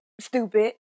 Stupid